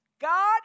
God